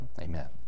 Amen